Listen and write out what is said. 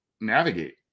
navigate